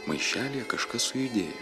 maišelyje kažkas sujudėjo